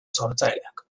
sortzaileak